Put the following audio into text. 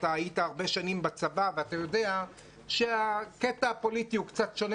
אתה היית הרבה שנים בצבא ואתה יודע שהקטע הפוליטי הוא קצת שונה